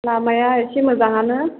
लामाया एसे मोजाङानो